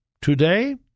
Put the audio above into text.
Today